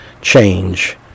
change